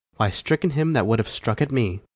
why, stricken him that would have struck at me.